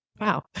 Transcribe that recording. Wow